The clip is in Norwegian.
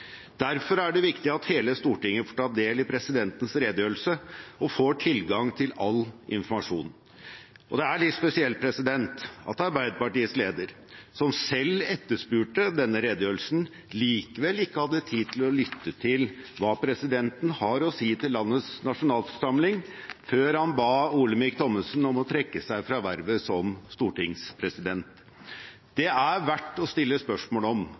Derfor er det viktig at hele Stortinget får ta del i presidentens redegjørelse og får tilgang til all informasjon. Det er litt spesielt at Arbeiderpartiets leder, som selv etterspurte denne redegjørelsen, likevel ikke hadde tid til å lytte til hva presidenten har å si til landets nasjonalforsamling før han ba Olemic Thommessen om å trekke seg fra vervet som stortingspresident. Det er verdt å stille spørsmål om